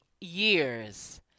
years